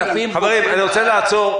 2,000. --- חברים, אני רוצה לעצור.